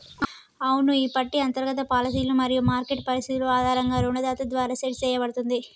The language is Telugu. అవును ఈ పట్టి అంతర్గత పాలసీలు మరియు మార్కెట్ పరిస్థితులు ఆధారంగా రుణదాత ద్వారా సెట్ సేయబడుతుంది